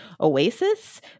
oasis